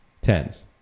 Tens